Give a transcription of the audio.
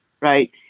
right